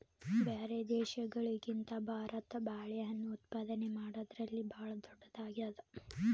ಬ್ಯಾರೆ ದೇಶಗಳಿಗಿಂತ ಭಾರತ ಬಾಳೆಹಣ್ಣು ಉತ್ಪಾದನೆ ಮಾಡದ್ರಲ್ಲಿ ಭಾಳ್ ಧೊಡ್ಡದಾಗ್ಯಾದ